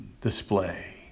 display